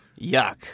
yuck